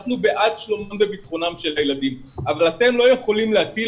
אנחנו בעד שלומם וביטחונם של הילדים אבל אתם לא יכולים להטיל